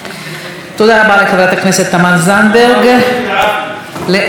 על ארבע הצעות האי-אמון ישיב במשולב השר